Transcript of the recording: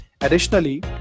Additionally